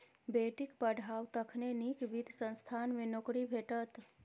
बेटीक पढ़ाउ तखने नीक वित्त संस्थान मे नौकरी भेटत